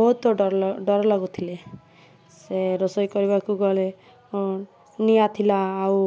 ବହୁତ ଡର ଲାଗୁଥିଲେ ସେ ରୋଷେଇ କରିବାକୁ ଗଲେ ନିଆଁ ଥିଲା ଆଉ